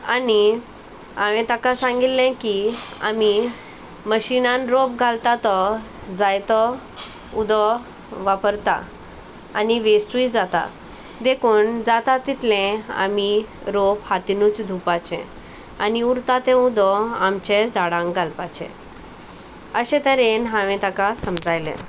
आनी हांवें ताका सांगिल्ले की आमी मशिनान रोंप घालता तो जायतो उदो वापरता आनी वेस्टूय जाता देकून जाता तितलें आमी रोंप हातीनूच धुवपाचें आनी उरता तें उदो आमचे झाडांक घालपाचें अशें तरेन हांवें ताका समजायलें